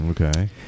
Okay